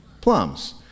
Plums